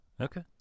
okay